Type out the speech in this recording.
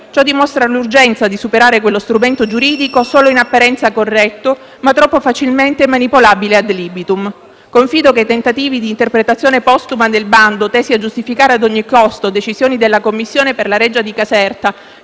Ciò dimostra l'urgenza di superare quello strumento giuridico solo in apparenza corretto, ma troppo facilmente manipolabile *ad libitum*. Confido che i tentativi di interpretazione postuma del bando tesi a giustificare ad ogni costo decisioni della commissione per la Reggia di Caserta,